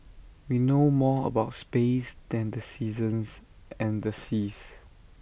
we know more about space than the seasons and the seas